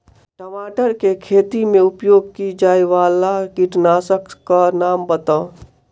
टमाटर केँ खेती मे उपयोग की जायवला कीटनासक कऽ नाम बताऊ?